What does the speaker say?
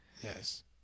Yes